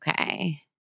Okay